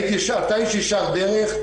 אתה איש ישר דרך,